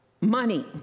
money